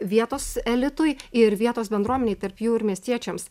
vietos elitui ir vietos bendruomenei tarp jų ir miestiečiams